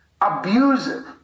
abusive